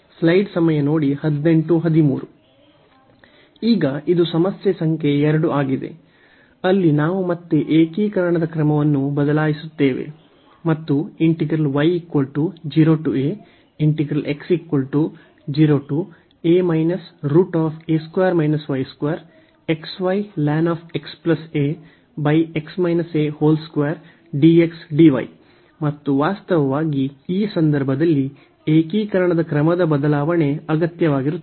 ಈಗ ಇದು ಸಮಸ್ಯೆ ಸಂಖ್ಯೆ 2 ಆಗಿದೆ ಅಲ್ಲಿ ನಾವು ಮತ್ತೆ ಏಕೀಕರಣದ ಕ್ರಮವನ್ನು ಬದಲಾಯಿಸುತ್ತೇವೆ ಮತ್ತು ಮತ್ತು ವಾಸ್ತವವಾಗಿ ಈ ಸಂದರ್ಭದಲ್ಲಿ ಏಕೀಕರಣದ ಕ್ರಮದ ಬದಲಾವಣೆ ಅಗತ್ಯವಾಗಿರುತ್ತದೆ